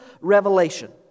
revelation